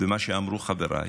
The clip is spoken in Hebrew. ומה שאמרו חבריי,